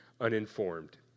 uninformed